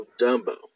Dumbo